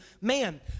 man